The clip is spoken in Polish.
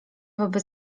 wobec